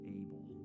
able